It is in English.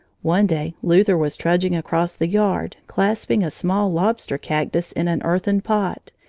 one day luther was trudging across the yard, clasping a small lobster-cactus in an earthen pot,